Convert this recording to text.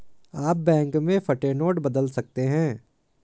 आप बैंक में फटे नोट बदल सकते हैं